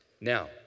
Now